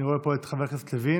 אני רואה פה את חבר הכנסת לוין,